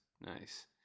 nice